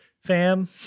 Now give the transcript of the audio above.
fam